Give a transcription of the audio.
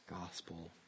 gospel